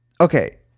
Okay